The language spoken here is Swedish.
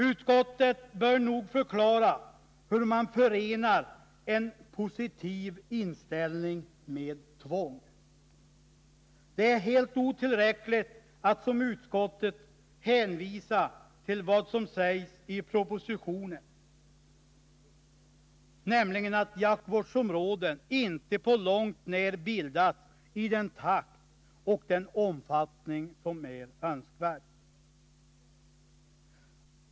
Utskottet bör nog förklara hur man förenar en positiv inställning med tvång. Det är helt otillräckligt att som utskottet hänvisa till vad som sägs i propositionen, nämligen att jaktvårdsområden inte bildats på långt när i den takt och den omfattning som är önskvärd.